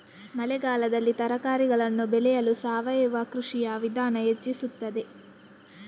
ಮಳೆಗಾಲದಲ್ಲಿ ತರಕಾರಿಗಳನ್ನು ಬೆಳೆಯಲು ಸಾವಯವ ಕೃಷಿಯ ವಿಧಾನ ಹೆಚ್ಚಿಸುತ್ತದೆ?